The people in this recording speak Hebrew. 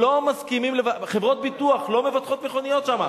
לא מסכימים, חברות ביטוח לא מבטחות מכוניות שם.